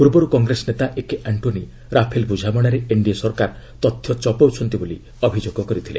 ପୂର୍ବରୁ କଂଗ୍ରେସ ନେତା ଏକେ ଆକ୍ଟୋନି ରାଫେଲ୍ ବୁଝାମଣାରେ ଏନ୍ଡିଏ ସରକାର ତଥ୍ୟ ଚପାଉଛନ୍ତି ବୋଲି ଅଭିଯୋଗ କରିଥିଲେ